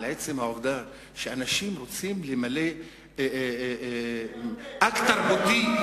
עצם העובדה שאנשים רוצים למלא אקט תרבותי?